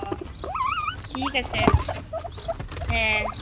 ᱚ ᱴᱷᱤᱠ ᱟᱪᱷᱮ ᱦᱮᱸ